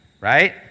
Right